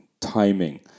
timing